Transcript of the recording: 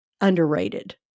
underrated